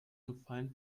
gefallen